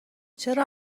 چرا